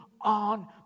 on